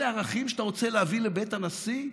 אלה הערכים שאתה רוצה להביא לבית הנשיא?